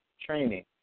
training